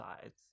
sides